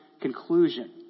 conclusion